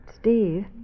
Steve